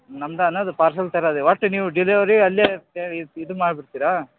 ನಮ್ದಾನ ಅದು ಪಾರ್ಸಲ್ ತರದಿ ಒಟ್ಟು ನೀವು ಡಿಲೆವರಿ ಅಲ್ಲೇ ಪೇ ಇದು ಮಾಡ್ಬಿಡ್ತೀರಾ